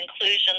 inclusion